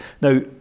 Now